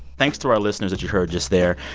thanks to our listeners that you heard just there.